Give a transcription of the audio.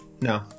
no